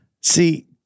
See